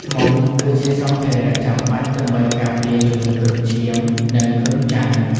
មុងគឺជាសម្ភារចាំបាច់ដើម្បីការពារជំងឺគ្រុនឈាម និងគ្រុនចាញ់។